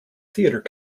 theatre